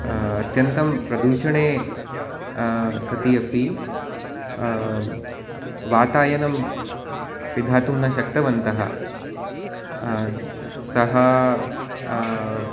अत्यन्तं प्रदूषणे सति अपि वातायनं पिधातुं न शक्तवन्तः सः